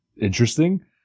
interesting